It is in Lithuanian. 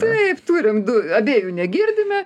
taip turim du abiejų negirdime